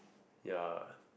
ya